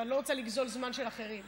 ואני לא רוצה לגזול זמן של אחרים.